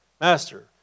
Master